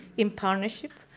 in partnership,